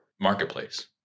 marketplace